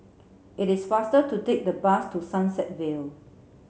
it is faster to take the bus to Sunset Vale